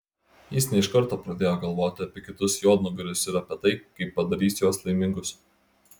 jis ne iš karto pradėjo galvoti apie kitus juodnugarius ir apie tai kaip padarys juos laimingus